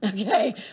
Okay